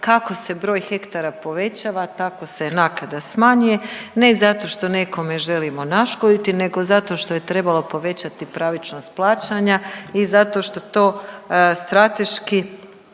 Kako se broj hektara povećava tako se naknada smanjuje, ne zato što nekome želimo naškoditi nego zato što je trebalo povećati pravičnost plaćanja i zato što to strateški